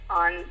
on